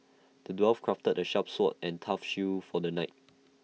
the dwarf crafted A sharp sword and tough shield for the knight